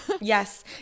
yes